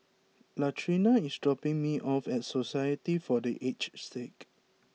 Latrina is dropping me off at Society for the Aged Sick